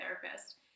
therapist